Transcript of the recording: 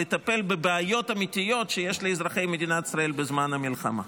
לטפל בבעיות אמיתיות שיש לאזרחי מדינת ישראל בזמן המלחמה.